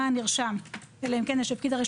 לפי חוק מרשם אוכלוסין,